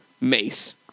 Mace